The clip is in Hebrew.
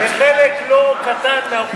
לחלק לא קטן מהאוכלוסייה.